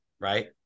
right